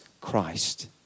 Christ